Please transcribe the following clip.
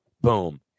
Boom